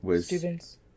students